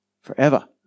forever